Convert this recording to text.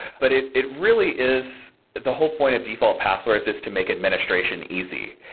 but it it really is the whole point of default passwords is to make administration easy.